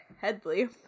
Headley